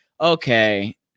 Okay